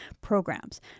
programs